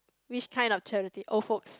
which kinds of charity old folks